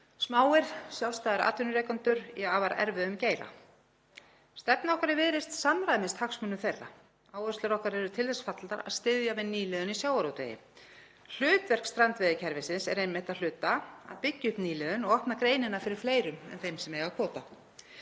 smáir sjálfstæðir atvinnurekendur í afar erfiðum geira. Stefna okkar í Viðreisn samræmist hagsmunum þeirra. Áherslur okkar eru til þess fallnar að styðja við nýliðun í sjávarútvegi. Hlutverk strandveiðikerfisins er einmitt að hluta að byggja upp nýliðun og opna greinina fyrir fleirum en þeim sem eiga kvóta.